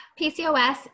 PCOS